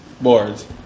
boards